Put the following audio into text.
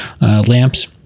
lamps